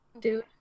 dude